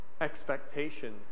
expectation